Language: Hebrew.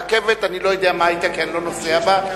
הרכבת, אני לא יודע מה אתה, כי אני לא נוסע בה.